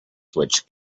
switch